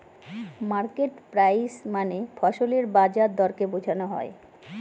market price মানে ফসলের বাজার দরকে বোঝনো হয়